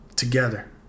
Together